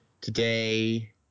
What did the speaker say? Today